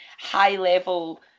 high-level